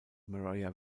maria